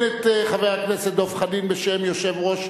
16 בעד, אין מתנגדים, אין נמנעים.